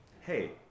hey